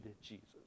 Jesus